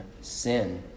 sin